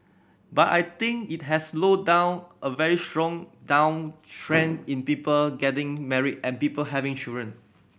but I think it has slowed down a very strong downtrend in people getting married and people having children